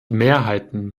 mehrheiten